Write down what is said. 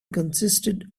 consisted